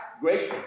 great